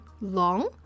long